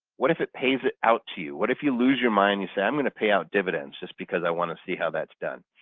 what if it pays it out to you? what if you lose your mind you say i'm going to pay out dividends just because i want to see how that's done?